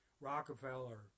Rockefeller